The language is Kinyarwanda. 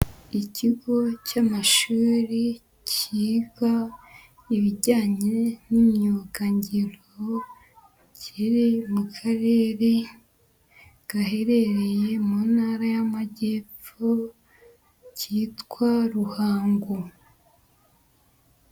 Ikigo cy'amashuri kiga ibijyanye n'imyugangiro, kiri mu karere gaherereye mu ntara y'Amajyepfo kitwa Ruhango.